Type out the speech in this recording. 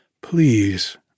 Please